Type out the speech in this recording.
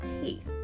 teeth